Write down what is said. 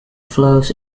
flows